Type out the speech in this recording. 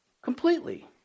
Completely